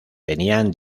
tenían